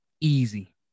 Easy